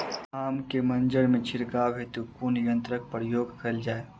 आम केँ मंजर मे छिड़काव हेतु कुन यंत्रक प्रयोग कैल जाय?